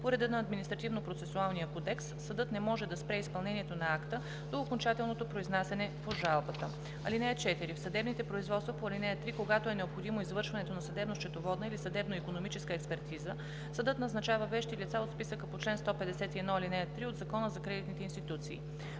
по реда на Административнопроцесуалния кодекс. Съдът не може да спре изпълнението на акта до окончателното произнасяне по жалбата. (4) В съдебните производства по ал. 3, когато е необходимо извършването на съдебно-счетоводна или съдебно-икономическа експертиза, съдът назначава вещи лица от списъка по чл. 151, ал. 3 от Закона за кредитните институции.